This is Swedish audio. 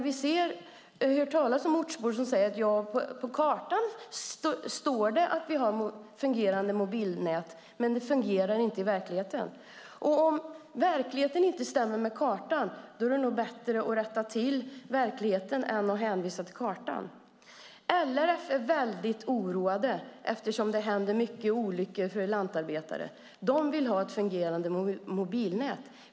Vi hör talas om ortsbor som säger att det står på kartan att de har fungerande mobilnät men att det inte fungerar i verkligheten. Om verkligheten inte stämmer med kartan är det nog bättre att rätta till verkligheten än att hänvisa till kartan. Inom LRF är man väldigt oroad, eftersom det inträffar många olyckor för lantarbetare. De vill ha ett fungerande mobilnät.